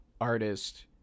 artist